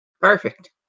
Perfect